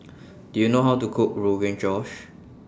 Do YOU know How to Cook Rogan Josh